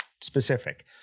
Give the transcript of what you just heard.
specific